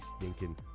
stinking